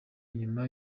nyuma